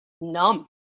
numb